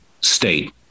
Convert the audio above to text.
state